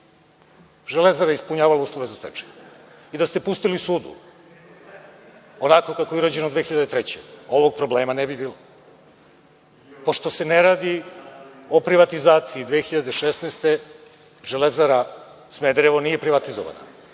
zakon, „Železara“ je ispunjavala uslove za stečaj i da ste pustili sudu, onako kako je urađeno 2003. godine, ovog problema ne bi bilo. Pošto se ne radi o privatizaciji, 2016. godine „Železara“ Smederevo nije privatizovana,